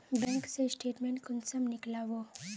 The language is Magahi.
बैंक के स्टेटमेंट कुंसम नीकलावो?